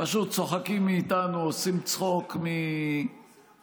פשוט צוחקים מאיתנו, עושים צחוק מתפקידם,